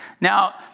now